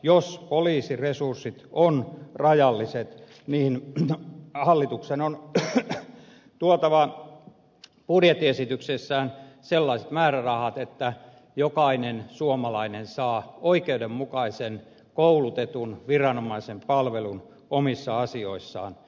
jos poliisiresurssit ovat rajalliset niin hallituksen on tuotava budjettiesityksessään sellaiset määrärahat että jokainen suomalainen saa oikeudenmukaisen palvelun koulutetun viranomaisen palvelun omissa asioissaan